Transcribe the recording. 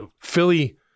Philly